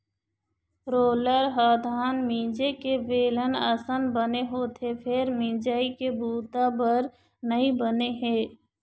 roller ह धान मिंजे के बेलन असन बने होथे फेर मिंजई के बूता बर नइ बने हे